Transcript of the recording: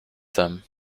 them